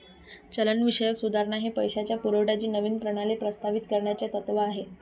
चलनविषयक सुधारणा हे पैशाच्या पुरवठ्याची नवीन प्रणाली प्रस्तावित करण्याचे तत्त्व आहे